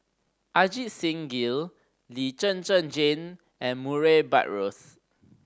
Ajit Singh Gill Lee Zhen Zhen Jane and Murray Buttrose